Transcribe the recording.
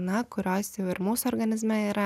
na kurios jau ir mūsų organizme yra